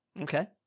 Okay